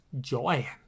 joy